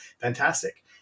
Fantastic